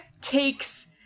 takes